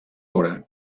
obra